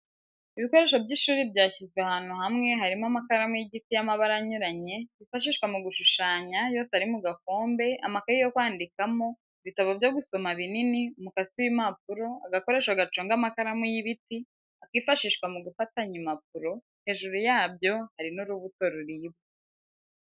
Ibikoresho by'ishuri byashyizwe ahantu hamwe harimo amakaramu y'igiti y'amabara anyuranye, yifashishwa mu gushushanya, yose ari mu gakombe, amakaye yo kwandikamo, ibitabo byo gusoma binini, umukasi w'impapuro, agakoresho gaconga amakaramu y'ibiti, akifashishwa mu gufatanya impapuro, hejuru yabyo hari n'urubuto ruribwa.